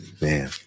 man